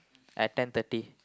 at ten thirty